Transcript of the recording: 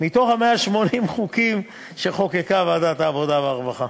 מתוך 180 החוקים שחוקקה ועדת העבודה והרווחה.